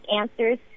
Answers